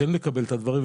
כן לקבל את הדברים,